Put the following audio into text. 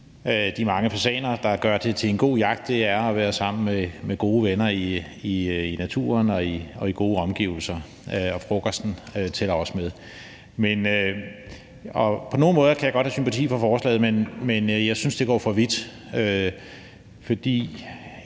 de mange fasaner, der gør det til en god jagt. Det er at være sammen med gode venner i naturen og i gode omgivelser, og frokosten tæller også med. På nogle måder kan jeg godt have sympati for forslaget, men jeg synes, det går for vidt.